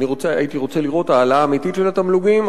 אני הייתי רוצה לראות העלאה אמיתית של התמלוגים.